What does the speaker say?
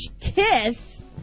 kiss